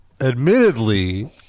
admittedly